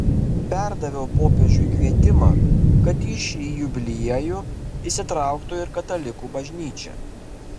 perdaviau popiežiui kvietimą kad į šį jubiliejų įsitrauktų ir katalikų bažnyčia